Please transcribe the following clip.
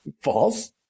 False